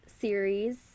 series